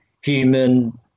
human